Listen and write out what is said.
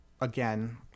again